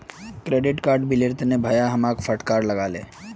credit card बिलेर तने भाया हमाक फटकार लगा ले